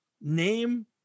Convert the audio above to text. Name